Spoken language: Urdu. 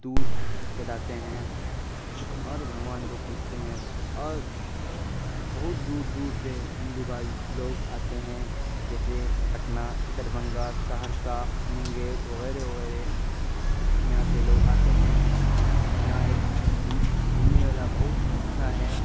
دودھ چلاتے ہیں اور بھگوان کو پوچھتے ہیں اور بہت دور دور سے ہندو بھائی لوگ آتے ہیں جیسے پٹنہ دربھنگا سہرسہ منگیر وغیرے وغیرے یہاں سے لوگ آتے ہیں یہاں ایک گھوم گھومنے والا بہت اچھا ہے